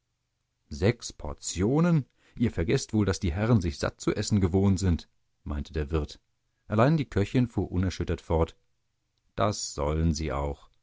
sechs portionen ihr vergeßt wohl daß die herren sich sattzuessen gewohnt sind meinte der wirt allein die köchin fuhr unerschüttert fort das sollen sie auch